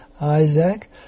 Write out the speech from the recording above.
Isaac